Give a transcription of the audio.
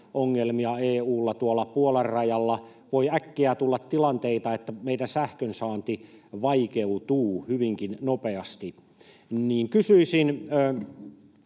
ongelmia Puolan rajalla — voi äkkiä tulla tilanteita, että meidän sähkönsaantimme vaikeutuu hyvinkin nopeasti. Kysyisin